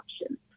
options